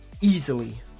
easily